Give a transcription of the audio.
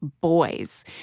boys